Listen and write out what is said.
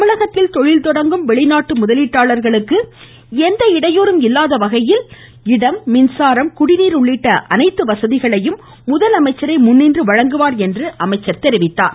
தமிழகத்தில் தொழில்தொடங்கும் வெளிநாட்டு முதலீட்டாளர்களுக்கு எந்த இடையூறும் இல்லாத வகையில் இடம் மின்சாரம் குடிநீர் உள்ளிட்ட அனைத்தையும் முதலமைச்சரே முன்னின்று வழங்குவார் என்றும் அமைச்சர் கூறினார்